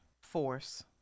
force